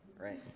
right